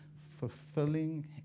fulfilling